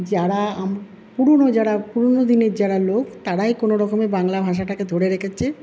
যারা পুরোনো যারা পুরোনো দিনের যারা লোক তারাই কোনো রকমে বাংলা ভাষাটাকে ধরে রেখেছে